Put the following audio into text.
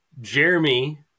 Jeremy